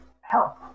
help